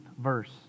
verse